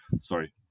sorry